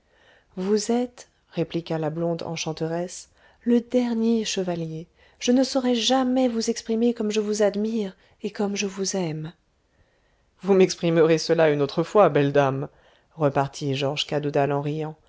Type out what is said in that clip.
vous êtes répliqua la blonde enchanteresse le dernier chevalier je ne saurai jamais vous exprimer comme je vous admire et comme je vous aime vous m'exprimerez cela une autre fois belle dame repartit georges cadoudal en riant